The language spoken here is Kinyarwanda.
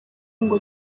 ngo